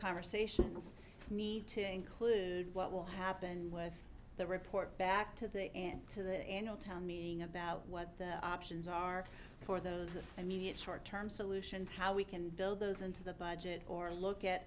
conversations need to include what will happen with the report back to the end to the end of town meeting about what the options are for those of immediate short term solutions how we can build those into the budget or look at